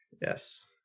Yes